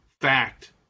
fact